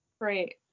Great